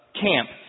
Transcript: camp